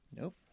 Nope